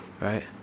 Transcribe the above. Right